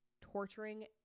torturing